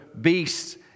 beasts